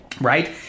right